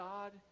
God